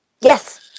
Yes